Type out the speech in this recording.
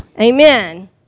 Amen